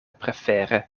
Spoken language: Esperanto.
prefere